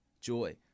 joy